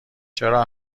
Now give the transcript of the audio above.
چرا